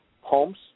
homes